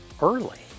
early